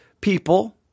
people